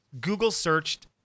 Google-searched